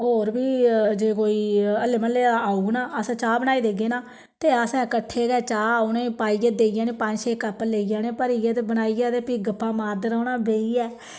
और बी जे कोई हल्ले म्हल्ले औग ना अस्स चा बनाई देगे ना ते असें कट्ठे के चा उनेंगी पाइयै देइयै पंज छे कप लेई जाने भरियै ते बनाइयै ते फ्ही गप्पां मारदे रौह्ना बेहियै